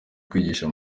kwigisha